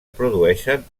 produeixen